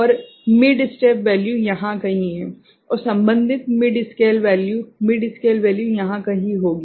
और mid step value यहाँ कहीं है और संबन्धित mid scale mid scale value यहाँ कहीं होगी